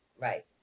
Right